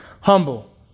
humble